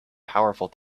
powerful